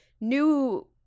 new